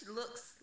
looks